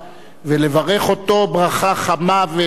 ולברך אותו ברכה חמה ובאמת